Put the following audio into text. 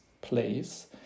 place